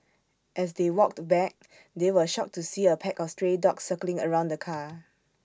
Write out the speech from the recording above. as they walked back they were shocked to see A pack of stray dogs circling around the car